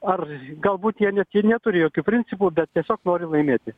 ar galbūt jie net jie neturi jokių principų bet tiesiog nori laimėti